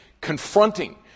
confronting